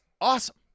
awesome